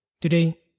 Today